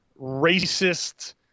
racist